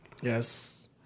Yes